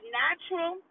natural